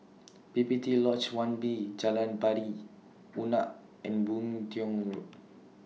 P P T Lodge one B Jalan Pari Unak and Boon Tiong Road